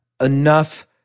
enough